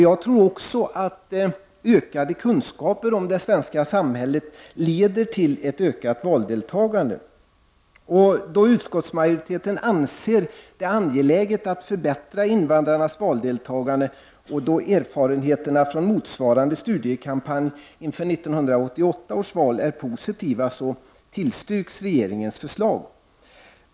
Jag tror också att ökade kunskaper om det svenska samhället leder till ett ökat valdeltagande. Då utskottsmajoriteten anser det angeläget att förbättra invandrarnas valdeltagande och då erfarenheterna från motsvarande studiekampanj inför 1988 års val är positiva, tillstyrks regeringens förslag.